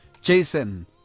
Jason